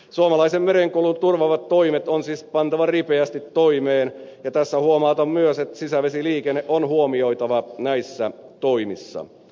suomalaisen merenkulun turvaavat toimet on siis pantava ripeästi toimeen ja tässä huomautan myös että sisävesiliikenne on huomioitava näissä toimissa